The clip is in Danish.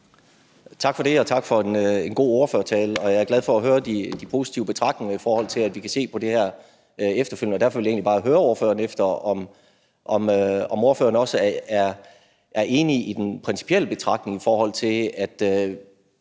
Tak for det, og tak for en god ordførertale. Jeg er glad for at høre de positive betragtninger, i forhold til at vi kan se på det her efterfølgende. Derfor vil jeg egentlig bare høre ordføreren, om ordføreren også er enig i den principielle betragtning, at